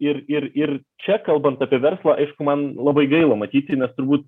ir ir ir čia kalbant apie verslą aišku man labai gaila matyti nes turbūt